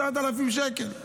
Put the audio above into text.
10,000 שקל,